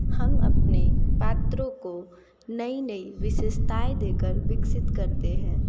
हम अपने पात्रों को नई नई विशेषताएँ देकर विकसित करते हैं